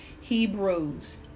Hebrews